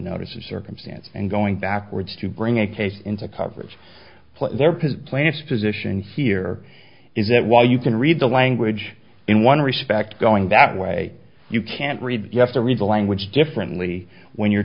notice of circumstance and going backwards to bring a case into coverage their position position here is that while you can read the language in one respect going that way you can't read you have to read the language differently when you're